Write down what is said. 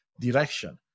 direction